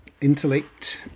intellect